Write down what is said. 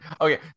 Okay